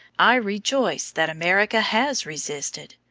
i rejoice that america has resisted.